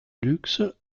luxe